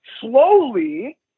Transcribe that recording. slowly